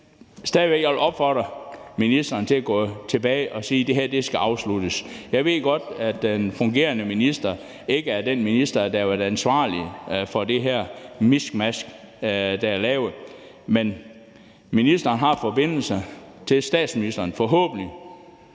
vil opfordre ministeren til at gå tilbage og sige, at det her skal afsluttes. Jeg ved godt, at den fungerende minister ikke er den minister, der har været ansvarlig for det her miskmask, der er lavet, men ministeren har forbindelser til statsministeren, forhåbentlig